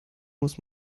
muss